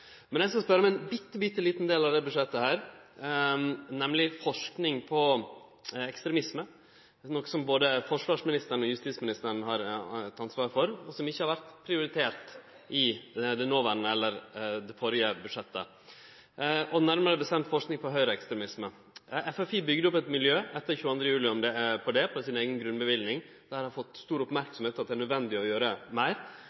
Eg skal spørje om ein bitte liten del av dette budsjettet, nemleg forsking på ekstremisme – noko som både forsvarsministeren og justisministeren har eit ansvar for, og som ikkje vart prioritert i det førre budsjettet – nærare bestemt forsking på høgreekstremisme. FFI bygde opp eit miljø etter 22. juli for slik forsking på si eiga grunnløyving, og det har fått stor merksemd at det er nødvendig å gjere meir.